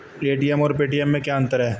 ATM और Paytm में क्या अंतर है?